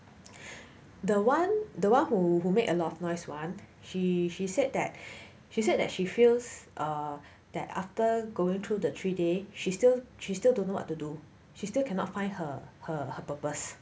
the one the one who make a lot of noise one she she said that she said that she feels err that after going through the three day she still she still don't know what to do she still cannot find her her her purpose